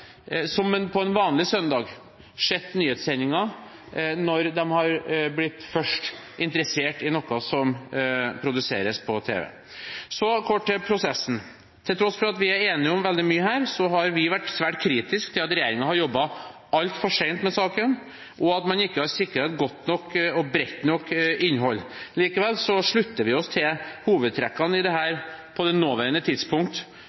på en vanlig søndag så nyhetssendingen – når de først har blitt interessert i noe som produseres på tv. Så kort til prosessen. Til tross for at vi er enige om veldig mye her, har vi vært svært kritisk til at regjeringen har jobbet altfor sent med saken, og at man ikke har sikret et godt nok og bredt nok innhold. Likevel slutter vi oss til hovedtrekkene i dette på det nåværende tidspunkt.